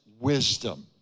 wisdom